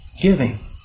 giving